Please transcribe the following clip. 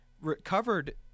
recovered